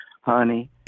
Honey